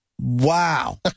Wow